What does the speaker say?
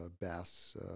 bass